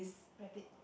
rabbit